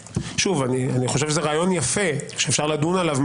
שוב, אני חושב שזה רעיון יפה שאפשר לדון עליו.